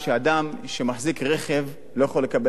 שמחזיק רכב לא יכול לקבל הבטחת הכנסה.